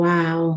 Wow